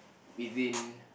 within